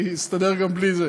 אני אסתדר גם בלי זה.